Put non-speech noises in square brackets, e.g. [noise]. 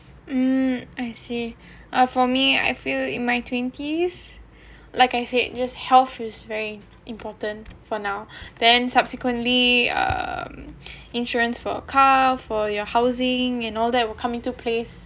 [breath] mm I see ah for me I feel in my twenties like I said just health is very important for now then subsequently um insurance for car for your housing and all that will come into place